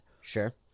Sure